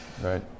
Right